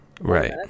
Right